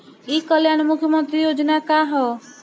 ई कल्याण मुख्य्मंत्री योजना का है?